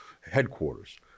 headquarters